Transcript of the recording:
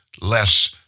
less